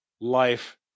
life